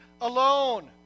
alone